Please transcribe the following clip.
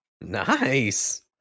nice